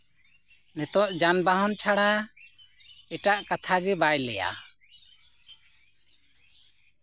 ᱱᱤᱛᱳᱜ ᱡᱟᱱᱵᱟᱦᱚᱱ ᱪᱷᱟᱲᱟ ᱮᱴᱟᱜ ᱠᱟᱛᱷᱟ ᱜᱮ ᱵᱟᱭ ᱞᱟᱹᱭᱟ